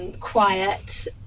quiet